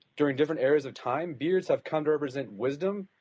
during different eras of time, beards have come to represent wisdom,